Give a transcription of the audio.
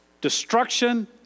destruction